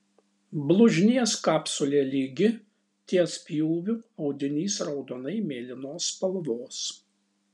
blužnies kapsulė lygi ties pjūviu audinys raudonai mėlynos spalvos